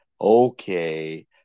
Okay